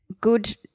good